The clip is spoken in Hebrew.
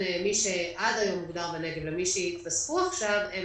מי שעד היום מוגדר בנגב לבין מי שייתוספו עכשיו הם